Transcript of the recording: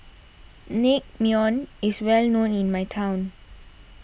Naengmyeon is well known in my hometown